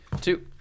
two